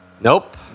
Nope